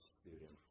students